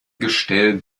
gestell